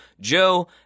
Joe